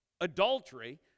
adultery